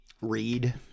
read